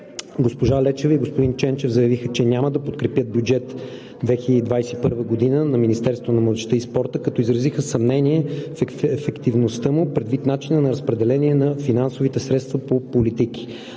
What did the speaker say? Госпожа Лечева и господин Ченчев заявиха, че няма да подкрепят бюджет 2021 г. на Министерството на младежта и спорта, като изразиха съмнение в ефективността му предвид начина на разпределение на финансовите средства по политики.